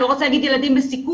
אני לא רוצה להגיד ילדים בסיכון,